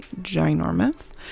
ginormous